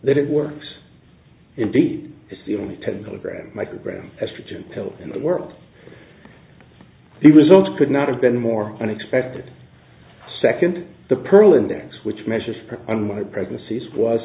that it works indeed as the only ten milligram microgram estrogen pill in the world the results could not have been more unexpected second the pearl index which measures for unwanted pregnancies was